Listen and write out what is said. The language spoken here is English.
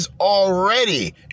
already